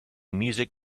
music